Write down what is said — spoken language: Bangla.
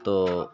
তো